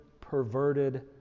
perverted